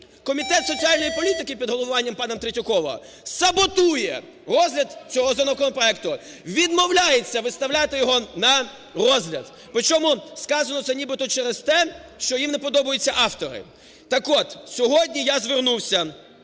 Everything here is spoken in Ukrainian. Комітет соціальної політики під головування пана Третьякова саботує розгляд цього законопроекту, відмовляється виставляти його на розгляд, причому сказано, це нібито через те, що їм не подобаються автори. Так от, сьогодні я звернувся